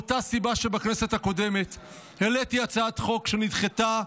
מאותה סיבה שבכנסת הקודמת העליתי הצעת חוק שנדחתה,